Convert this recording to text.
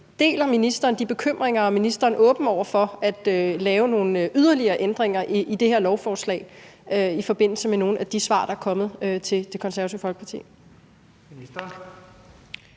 Deler ministeren de bekymringer? Og er ministeren åben over for at lave nogle yderligere ændringer i det her lovforslag i forbindelse med nogle af de svar, der er kommet til Det Konservative Folkeparti?